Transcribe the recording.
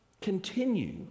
continue